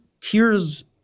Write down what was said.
tears